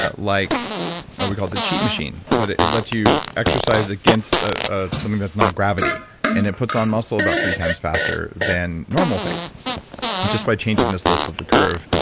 ah like we call it the cheat machine but it it lets you exercise against ah something that's not gravity and it puts on muscle about three times faster than normal things just by changing the slope of a curve